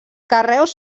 carreus